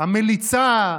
המליצה?